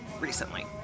recently